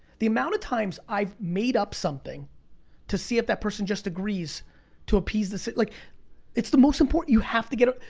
the amount of times i've made up something to see if that person just agrees to appease the sit. like it's the most important, you have to get it.